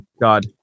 God